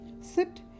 Sit